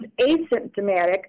asymptomatic